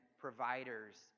providers